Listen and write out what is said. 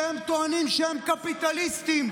שהם טוענים שהם קפיטליסטים,